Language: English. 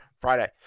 Friday